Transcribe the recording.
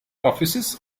offices